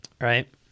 right